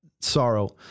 sorrow